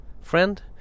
friend